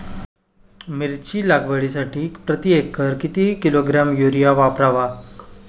मिरची लागवडीसाठी प्रति एकर किती किलोग्रॅम युरिया वापरावा?